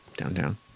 downtown